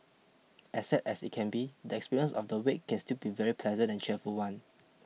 as sad as it can be the experience of the wake can still be a very pleasant and cheerful one